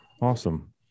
Awesome